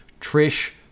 Trish